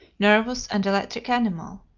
nervous, and electric animal.